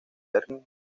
bering